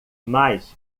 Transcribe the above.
mas